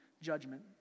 judgment